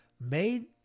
made